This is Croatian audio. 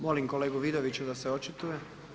Molim kolegu Vidovića da se očituje.